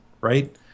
right